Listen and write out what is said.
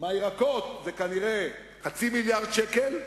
מהירקות זה כנראה חצי מיליארד שקל,